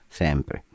sempre